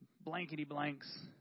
blankety-blanks